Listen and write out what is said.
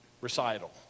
recital